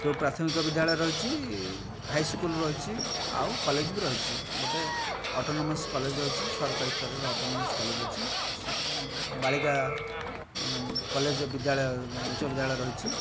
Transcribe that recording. ସବୁ ପ୍ରାଥମିକ ବିଦ୍ୟାଳୟ ରହିଛି ହାଇସ୍କୁଲ ରହିଛି ଆଉ କଲେଜ ବି ରହିଛି ଗୋଟିଏ ଅଟୋନମସ କଲେଜ ଅଛି ସରକାରୀ ସ୍ତରରେ ଅଟୋନମସ କଲେଜ ଅଛି ବାଳିକା କଲେଜ ବିଦ୍ୟାଳୟ ଏବଂ ଉଚ୍ଚ ବିଦ୍ୟାଳୟ ରହିଛି